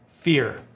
fear